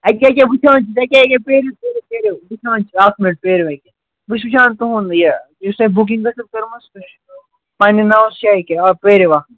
ییٚکیٛاہ ییٚکیٛاہ وٕچھان چھِس ییٚکیٛاہ ییٚکیٛاہ پیرِو پیرِو پیرِو وٕچھان چھِ اَکھ مِنَٹ پیرِو ییٚکیٛاہ بہٕ چھِس وٕچھان تُہُنٛد یہِ یُس تۄہہِ بُکِنٛگ ٲسٕو کٔرمٕژ پنٛنہِ ناوٕ سُہ چھےٚ ییٚکیٛاہ آ پیرِو اَکھ